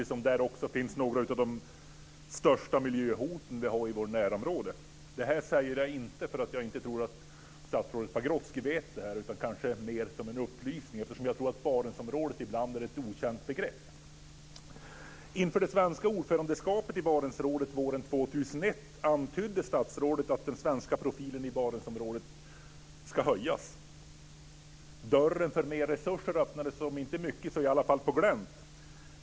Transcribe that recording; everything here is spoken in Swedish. Samtidigt finns där några av de största miljöhot vi har i vårt närområde. Det här säger jag inte därför att jag inte tror att statsrådet Pagrotsky vet det utan kanske mer som en upplysning, då jag tror att Barentsområdet ibland är ett okänt begrepp. Inför det svenska ordförandeskapet i Barentsrådet våren 2001 antydde statsrådet att den svenska profilen i Barentsområdet skulle höjas. Dörren för mer resurser öppnades om inte mycket så i alla fall på glänt.